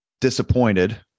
disappointed